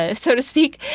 ah so to speak,